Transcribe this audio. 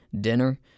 dinner